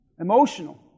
Emotional